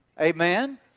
Amen